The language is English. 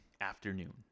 afternoon